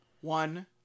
one